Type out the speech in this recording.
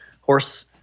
horse